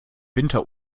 winter